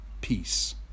peace